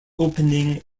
opening